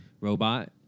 robot